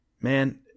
man